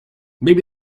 maybe